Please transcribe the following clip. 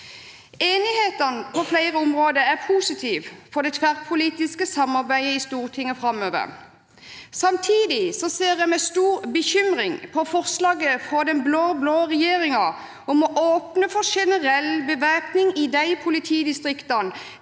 Enigheten på flere områder er positiv for det tverrpolitiske samarbeidet i Stortinget framover. Samtidig ser jeg med stor bekymring på forslaget fra den blå-blå regjeringen om å åpne for generell bevæpning i de politidistriktene